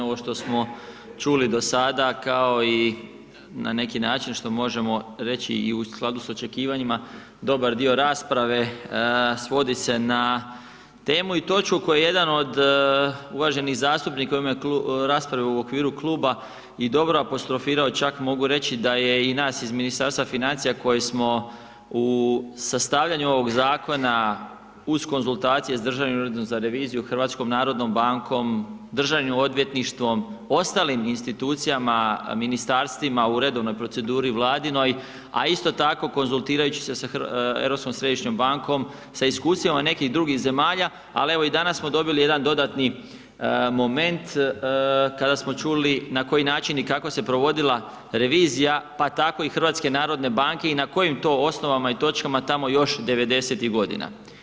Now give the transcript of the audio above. Ovo što smo čuli do sada, kao i na neki način što možemo reći, i u skladu s očekivanjima dobar dio rasprave, svodi se na temu i točku koju jedan od uvaženih zastupnika u raspravi u okviru kluba i dobro apostrofirao, čak mogu reći da je i nas iz Ministarstva financija, koji smo u sastavljanju ovog zakona uz konzultacije s Državnim uredom za reviziju, HNB-om, DORH-om, ostalim institucijama, ministarstvima, u redovnoj proceduri Vladinoj, a isto tako konzultirajući se sa Europskom središnjom bankom, sa iskustvima nekih drugih zemalja, ali evo i danas smo dobili jedan dodatni moment, kada smo čuli na koji način i kako se provodila revizija, pa tako i HNB-a i na kojim to osnovama i točkama tamo još 90-ih godina.